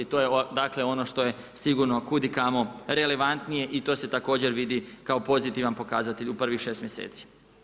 To je dakle ono što je sigurno kud i kamo relevantnije i to se također vidi kao pozitivan pokazatelj u prvih šest mjeseci.